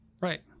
right